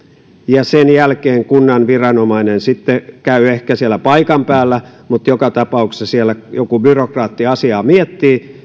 ja sen jälkeen kunnan viranomainen sitten käy ehkä siellä paikan päällä mutta joka tapauksessa siellä joku byrokraatti asiaa miettii